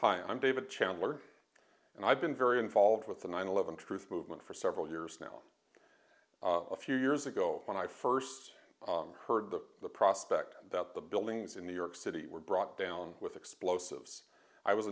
hi i'm david chandler and i've been very involved with the nine eleven truth movement for several years now a few years ago when i first heard that the prospect that the buildings in new york city were brought down with explosives i was